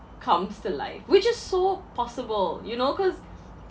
comes to life which is so possible you know cause